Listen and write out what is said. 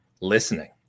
listening